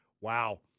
wow